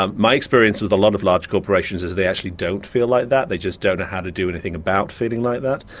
um my experience with a lot of large corporations is they actually don't feel like that, they just don't know how to do anything about feeling like that.